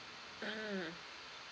mm